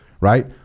right